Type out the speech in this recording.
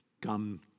Come